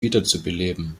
wiederzubeleben